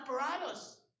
apparatus